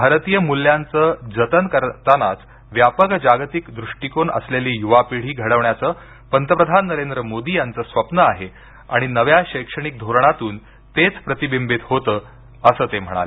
भारतीय मूल्यांचं जतन करतानाच व्यापक जागतिक दृष्टीकोन असलेली युवा पिढी घडवण्याचं पंतप्रधान नरेंद्र मोदी यांचं स्वप्न आहे आणि नव्या शैक्षणिक धोरणातून तेच प्रतिबिंबित होतं असं ते म्हणाले